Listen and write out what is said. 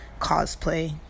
cosplay